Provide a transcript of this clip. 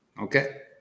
Okay